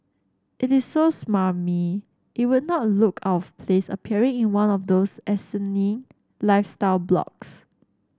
it is so smarmy it would not look out of place appearing in one of those asinine lifestyle blogs